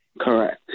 Correct